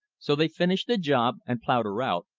so they finished the job, and plowed her out,